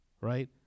Right